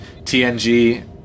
TNG